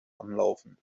anlaufen